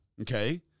okay